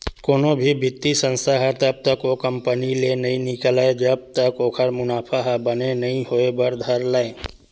कोनो भी बित्तीय संस्था ह तब तक ओ कंपनी ले नइ निकलय जब तक ओखर मुनाफा ह बने नइ होय बर धर लय